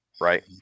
right